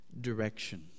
direction